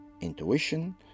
Intuition